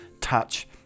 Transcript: touch